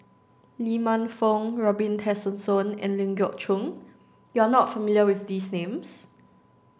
Lee Man Fong Robin Tessensohn and Ling Geok Choon you are not familiar with these names